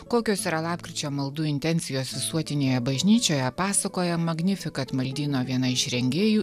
kokios yra lapkričio maldų intencijos visuotinėje bažnyčioje pasakoja magnificat maldyno viena iš rengėjų